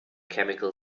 chemical